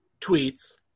tweets